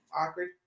awkward